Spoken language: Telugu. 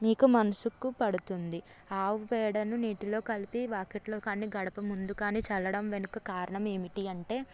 మీకు మనసుకు పడుతుంది ఆవు పేడను నీటిలో కలిపి వాకిట్లో కానీ గడప ముందు కానీ చల్లడం వెనుక కారణం ఏమిటి అంటే